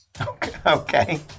Okay